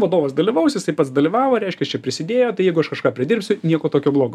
vadovas dalyvaus jisai pats dalyvavo reiškias čia prisidėjo tai jeigu aš kažką pridirbsiu nieko tokio blogo